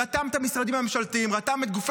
שרתם את המערכת ל"מסלול